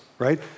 right